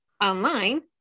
online